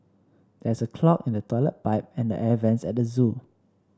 there is a clog in the toilet pipe and the air vents at the zoo